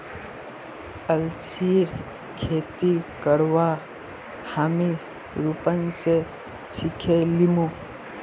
अलसीर खेती करवा हामी रूपन स सिखे लीमु